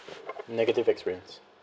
negative experience